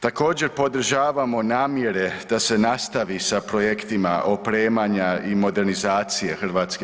Također, podržavamo namjere da se nastavi sa projektima opremanja i modernizacije HV-a.